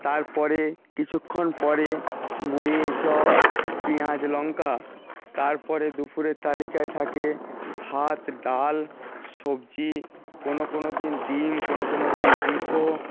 তারপরে কিছুক্ষণ পরে মুড়ি চপ পেঁয়াজ লঙ্কা তারপরে দুপুরের তালিকায় থাকে ভাত ডাল সবজি কোনো কোনো দিন ডিম কোনো কোনো দিন মাংস